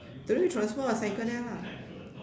don't need transport ah cycle there lah